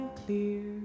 clear